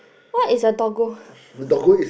what is a doggo